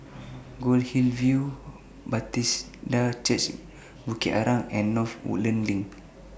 Goldhill View Bethesda Church Bukit Arang and North Woodlands LINK